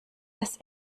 das